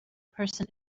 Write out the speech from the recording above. person